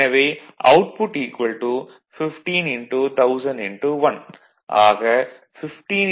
எனவே அவுட்புட் 15 1000 1